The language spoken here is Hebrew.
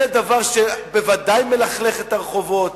זה דבר שוודאי מלכלך את הרחובות.